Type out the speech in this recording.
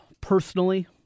personally